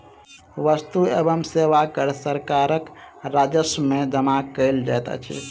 वस्तु एवं सेवा कर सरकारक राजस्व में जमा कयल जाइत अछि